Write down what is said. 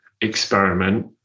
experiment